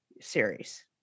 series